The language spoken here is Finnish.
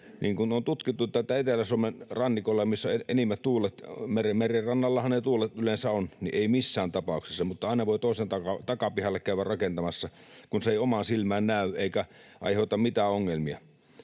Niin kuin on tutkittu, Etelä-Suomen rannikolle, missä on enimmät tuulet — merenrannallahan ne tuulet yleensä ovat — ei missään tapauksessa, mutta aina voi toisen takapihalle käydä rakentamassa, kun se ei omaan silmään näy eikä aiheuta mitään ongelmia.